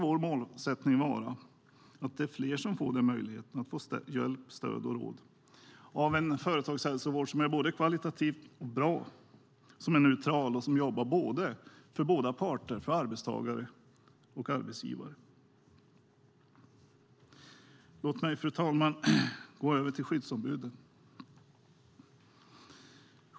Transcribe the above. Vår målsättning måste vara att fler får den möjligheten att få hjälp, stöd och råd av en kvalitativ och bra företagshälsovård, som är neutral och jobbar för båda parter, det vill säga arbetstagare och arbetsgivare. Låt mig, fru talman, gå över till skyddsombuden.